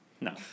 No